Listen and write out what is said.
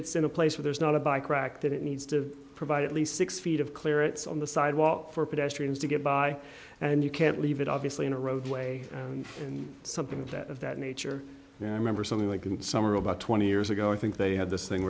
it's in a place where there's not a bike rack that it needs to provide at least six feet of clear it's on the sidewalk for pedestrians to get by and you can't leave it obviously in a roadway and something of that of that nature yeah i remember something like in summer about twenty years ago i think they had this thing